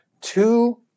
two